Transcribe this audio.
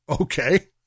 Okay